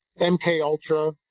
MKUltra